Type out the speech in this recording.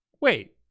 wait